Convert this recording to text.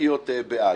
וח"כיות בעד.